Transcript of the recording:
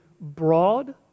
broad